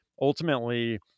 Ultimately